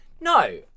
No